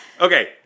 okay